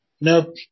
Nope